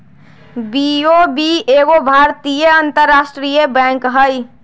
BOB एगो भारतीय अंतरराष्ट्रीय बैंक हइ